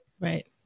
Right